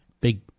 big